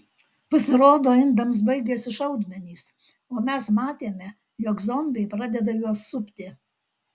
pasirodo indams baigėsi šaudmenys o mes matėme jog zombiai pradeda juos supti